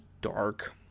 dark